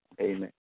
Amen